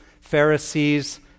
Pharisees